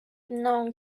known